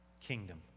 Kingdom